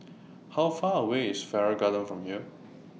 How Far away IS Farrer Garden from here